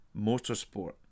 motorsport